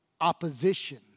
opposition